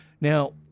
Now